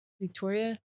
Victoria